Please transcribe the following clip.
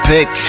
Pick